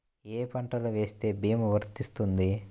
ఏ ఏ పంటలు వేస్తే భీమా వర్తిస్తుంది?